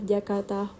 Jakarta